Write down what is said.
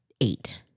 eight